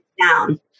down